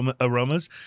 aromas